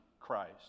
Christ